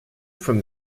from